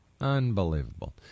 Unbelievable